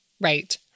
right